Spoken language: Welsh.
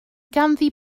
ganddi